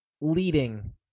leading